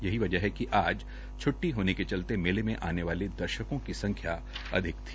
यही वजह है कि आज छुट्टी होने के चलते मेले में आने वाले दर्शकों की संखया अधिक थी